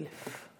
האלף.